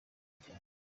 cyane